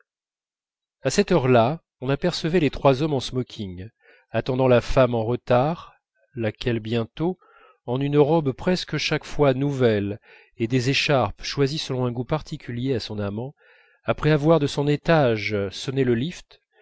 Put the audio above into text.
à cette heure-là on apercevait les trois hommes en smoking attendant la femme en retard laquelle bientôt en une robe presque chaque fois nouvelle et des écharpes choisies selon un goût particulier à son amant après avoir de son étage sonné le lift